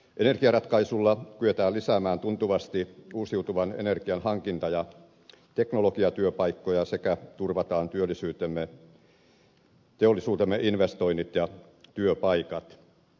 energiaratkaisulla kyetään lisäämään tuntuvasti uusiutuvan energian hankinta ja teknologiatyöpaikkoja sekä turvataan teollisuutemme investoinnit ja työpaikat